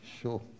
Sure